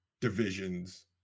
divisions